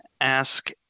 ask